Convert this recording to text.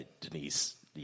Denise